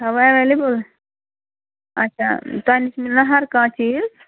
چھَوا ایولیبل اچھا تۄہہِ نِش مِلنا ہر کانٛہہ چیٖز